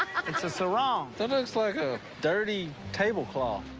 it's a sarong. that looks like a dirty tablecloth.